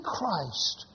Christ